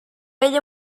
ell